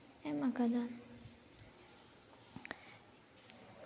ᱮᱢ ᱟᱠᱟᱫᱟ